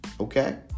okay